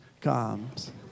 comes